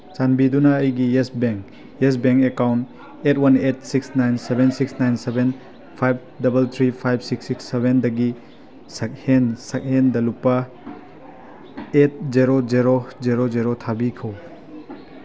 ꯆꯥꯟꯕꯤꯗꯨꯅ ꯑꯩꯒꯤ Yes Bank Yes Bank account eight one eight six nine seven six nine seven five double three five six six ꯁꯚꯦꯟꯗꯒꯤ ꯁꯛꯍꯦꯟ ꯁꯛꯍꯦꯟꯗ ꯂꯨꯄꯥ eight zero zero zero zero ꯊꯥꯕꯤꯈꯣ